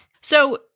So-